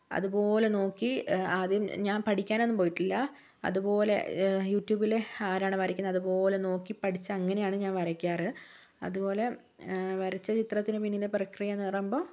അതുപോലെ നോക്കി ആദ്യം ഞാൻ പഠിക്കാൻ ഒന്നും പോയിട്ടില്ല അതുപോലെ യുട്യൂബിലെ ആരാണ് വരയ്ക്കുന്നത് അതുപോലെ നോക്കി പഠിച്ച് അങ്ങനെയാണ് ഞാൻ വരയ്ക്കാറ് അതുപോലെ വരച്ച ചിത്രത്തിന് പിന്നിലെ പ്രക്രിയയെന്ന് പറയുമ്പോൾ